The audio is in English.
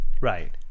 Right